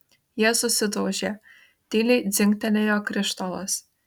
jie susidaužė tyliai dzingtelėjo krištolas